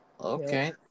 Okay